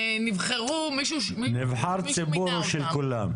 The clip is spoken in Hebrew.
נבחר ציבור הוא של כולם.